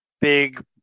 big